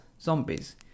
zombies